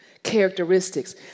characteristics